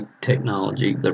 technology